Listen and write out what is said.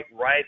right